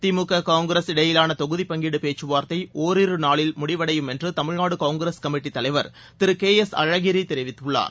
திமுக காங்கிரஸ் இடையிலான தொகுதிப் பங்கீடு பேச்சுவார்த்தை ஒரிரு நாளில் முடிவடையும் என்று தமிழ்நாடு காங்கிரஸ் கமிட்டித் தலைவர் திரு கே எஸ் அழகிரி தெரிவித்துள்ளார்